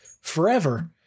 forever